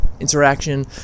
interaction